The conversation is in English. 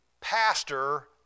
Pastor